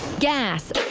gas,